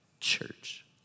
church